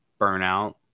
burnout